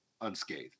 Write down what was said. unscathed